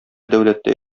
дәүләттә